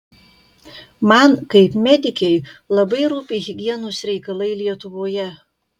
man kaip medikei labai rūpi higienos reikalai lietuvoje